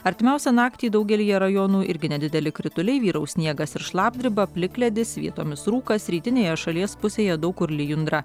artimiausią naktį daugelyje rajonų irgi nedideli krituliai vyraus sniegas ir šlapdriba plikledis vietomis rūkas rytinėje šalies pusėje daug kur lijundra